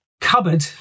cupboard